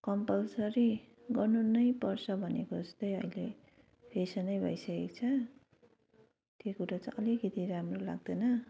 compulsory गर्नु नै पर्छ भनेको जस्तै अहिले फेसन नै भइसकेको छ त्यो कुरो चाहिँ अलिकति राम्रो लाग्दैन